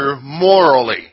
morally